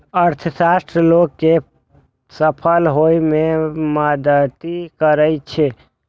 अर्थशास्त्र लोग कें सफल होइ मे मदति करै छै